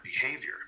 behavior